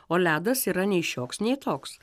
o ledas yra nei šioks nei toks